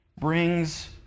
brings